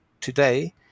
today